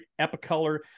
epicolor